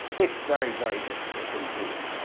it's very, very difficult indeed.